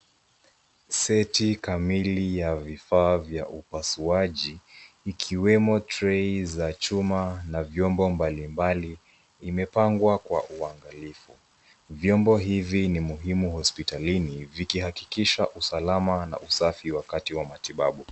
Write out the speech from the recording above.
Seti kamili ya vifaa vya upasuaji ikiwemo tray za chuma na vyombo mbalimbali imepangwa kwa uangalifu. Vyombo hivi ni muhimu hospitalini vikihakikisha usalama na usafi wakati wa matibabu.